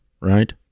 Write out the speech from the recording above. right